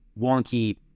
wonky